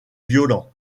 violent